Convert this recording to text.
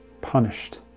Punished